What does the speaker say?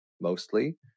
mostly